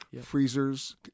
freezers